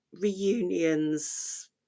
reunions